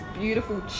beautiful